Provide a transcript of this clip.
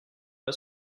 pas